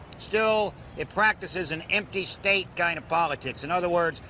still, it practises an empty state kind of politics. in other words,